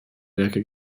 werke